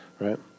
Right